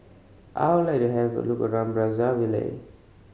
I would like to have a look around Brazzaville